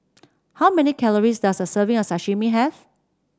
how many calories does a serving of Sashimi have